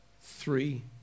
three